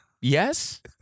Yes